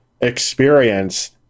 experience